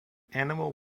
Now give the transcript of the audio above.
animal